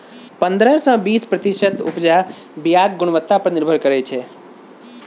पंद्रह सँ बीस प्रतिशत उपजा बीयाक गुणवत्ता पर निर्भर करै छै